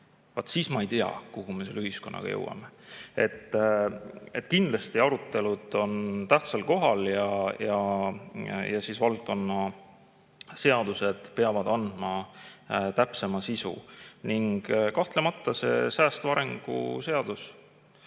siis ma ei tea, kuhu me selle ühiskonnaga jõuame. Kindlasti arutelud on tähtsal kohal ja valdkonna seadused peavad andma täpsema sisu. Kahtlemata see säästva arengu seadus